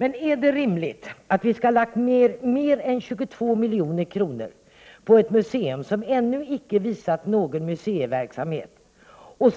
Men är det rimligt att staten har lagt ned mer än 22 milj.kr. på ett museum, som ännu icke har visat någon museiverksamhet?